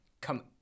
come